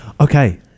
Okay